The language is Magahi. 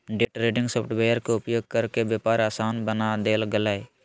डे ट्रेडिंग सॉफ्टवेयर के उपयोग करके व्यापार आसान बना देल गेलय